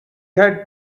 had